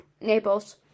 Naples